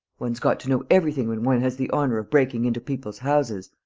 one's got to know everything when one has the honour of breaking into people's houses.